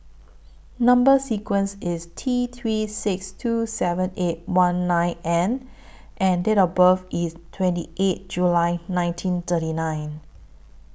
Number sequence IS T three six two seven eight one nine N and Date of birth IS twenty eight July nineteen thirty nine